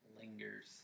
lingers